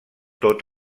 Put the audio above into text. tot